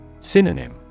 Synonym